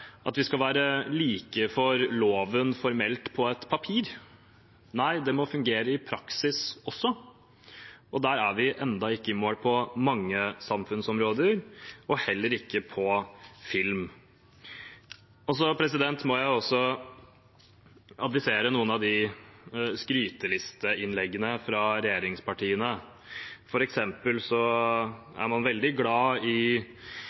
at vi skal være like for loven formelt på et papir – nei, det må fungere i praksis også, og der er vi ennå ikke i mål på mange samfunnsområder, heller ikke på filmområdet. Så må jeg adressere noen av skrytelisteinnleggene fra regjeringspartiene. Man er fra denne talerstolen i